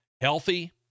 healthy